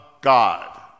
God